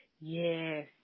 Yes